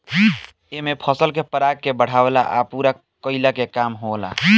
एमे फसल के पराग के बढ़ावला आ पूरा कईला के काम होला